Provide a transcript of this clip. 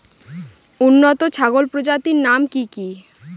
উন্নত ছাগল প্রজাতির নাম কি কি?